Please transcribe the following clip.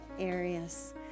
areas